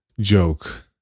Joke